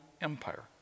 Empire